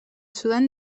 sudan